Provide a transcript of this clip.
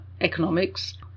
economics